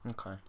okay